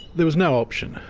there was no option.